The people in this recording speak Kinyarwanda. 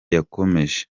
yakomeje